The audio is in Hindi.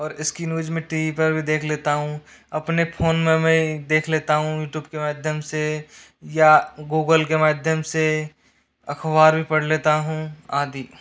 और इसकी न्यूज में टी वी पर भी देख लेता हूँ अपने फोन में मैं देख लेता हूँ यूट्यूब के माध्यम से या गूगल के माध्यम से अखबार भी पढ़ लेता हूँ आदि